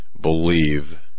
believe